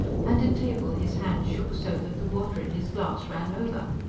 and at table his hand shook so that the water in his glass ran over.